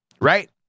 right